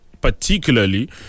particularly